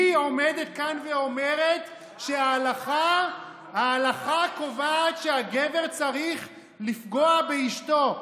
היא עומדת כאן ואומרת שההלכה קובעת שהגבר צריך לפגוע באשתו.